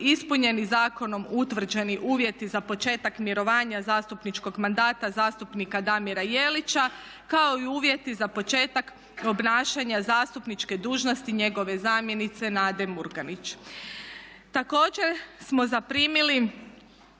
ispunjeni zakonom utvrđeni uvjeti za početak mirovanja zastupničkog mandata zastupnika Damira Jelića kao i uvjeti za početak obnašanja zastupničke dužnosti njegove zamjenice Nade Murganić. Također smo zaprimili